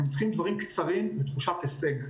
הם צריכים דברים קצרים לתחושת הישג.